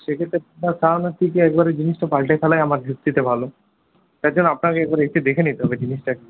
সেক্ষেত্রে সারানোর থেকে একবারে জিনিসটা পাল্টে ফেলাই আমার যুক্তিতে ভালো তাছাড়া আপনাকে একবার এসে দেখে নিতে হবে জিনিসটাকে